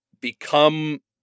become